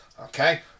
Okay